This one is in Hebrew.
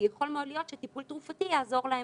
יכול מאוד להיות שטיפול תרופתי יעזור להם.